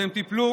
אתם תיפלו,